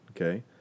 okay